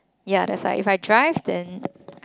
ya that is why if I drive then